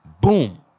Boom